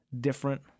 different